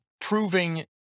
proving